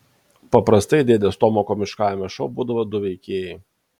paprastai dėdės tedo komiškajame šou būdavo du veikėjai